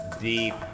Deep